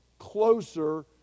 closer